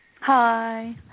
Hi